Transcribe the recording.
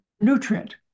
nutrient